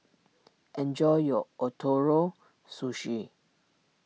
enjoy your Ootoro Sushi